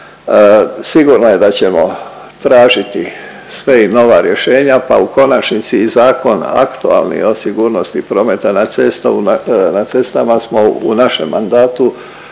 sigurno je da ćemo tražiti sve i nova rješenja, pa u konačnici i zakon aktualni o sigurnosti prometa na cestama smo u našem mandatu,